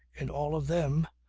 in all of them,